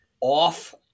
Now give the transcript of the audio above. off